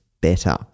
better